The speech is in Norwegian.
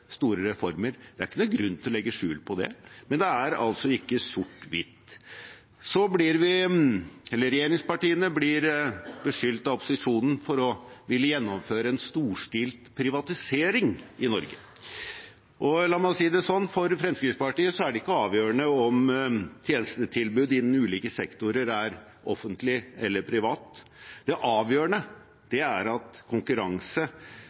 store reformer. Det er ingen grunn til å legge skjul på det, men det er altså ikke sort-hvitt. Regjeringspartiene blir beskyldt av opposisjonen for å ville gjennomføre en storstilt privatisering i Norge. La meg si det sånn: For Fremskrittspartiet er det ikke avgjørende om tjenestetilbudet innen ulike sektorer er offentlig eller privat. Det avgjørende er at konkurranse